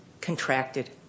contracted